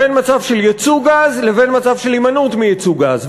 בין מצב של ייצוא גז לבין מצב של הימנעות מייצוא גז,